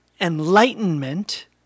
enlightenment